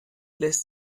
lässt